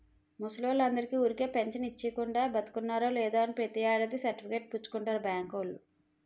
ముసలోల్లందరికీ ఊరికే పెంచను ఇచ్చీకుండా, బతికున్నారో లేదో అని ప్రతి ఏడాది సర్టిఫికేట్ పుచ్చుకుంటారు బాంకోల్లు